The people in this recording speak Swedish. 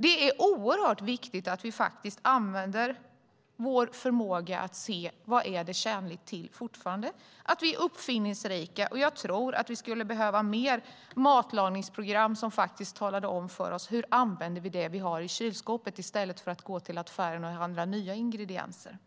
Det är oerhört viktigt att vi använder vår förmåga till att avgöra vad som tjänligt, att vi är uppfinningsrika. Jag tror att vi skulle behöva fler matlagningsprogram som talade om för oss hur vi använder det som vi har i kylskåpet i stället för att gå till affären och handla nya ingredienser.